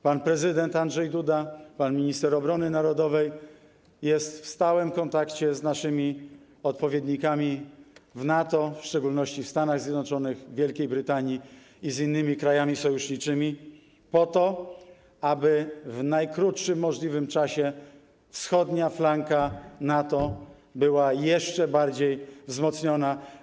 Pan prezydent Andrzej Duda, pan minister obrony narodowej są w stałym kontakcie z naszymi odpowiednikami w NATO, w szczególności w Stanach Zjednoczonych, w Wielkiej Brytanii, i z innymi krajami sojuszniczymi po to, aby w najkrótszym możliwym czasie wschodnia flanka NATO została jeszcze bardziej wzmocniona.